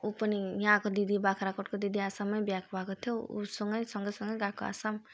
ऊ पनि यहाँको दिदी बाख्राकोटको दिदी आसाममै बिहा भएको थियो ऊसँगै सँगसँगै गएको आसाम